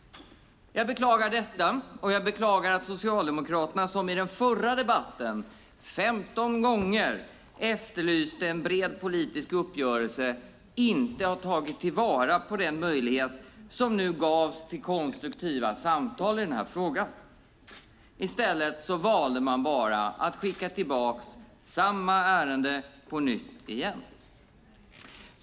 Jag beklagar detta, och jag beklagar att Socialdemokraterna, som i förra debatten 15 gånger efterlyste en bred politisk uppgörelse, inte har tagit vara på den möjlighet som gavs till konstruktiva samtal i frågan. I stället valde man att skicka tillbaka samma förslag.